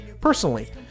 personally